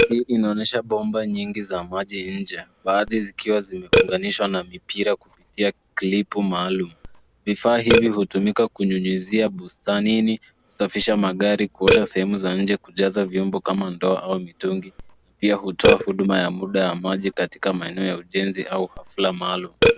"Hii inaonesha bomba nyingi za maji nje, baadhi zikiwa zimefunganishwa na mipira kupitia klipu maalum. Vifaa hivi hutumika kunyunyizia bustanini, kusafisha magari, kuosha sehemu za nje, kujaza vyombo kama ndoo au mitungi, pia hutoa huduma ya muda ya maji katika maeneo ya ujenzi au hafla maalum."